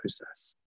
process